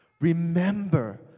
Remember